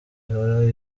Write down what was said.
ihora